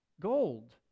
gold